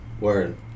Word